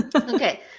Okay